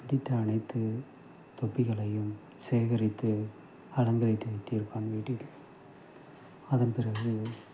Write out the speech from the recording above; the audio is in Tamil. பிடித்த அனைத்து தொப்பிகளையும் சேகரித்து அலங்கரித்து வைத்திருப்பான் வீட்டில் அதன் பிறகு